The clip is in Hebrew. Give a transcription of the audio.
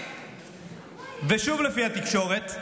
ושוב, לפי התקשורת,